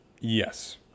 Yes